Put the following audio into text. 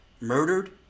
murdered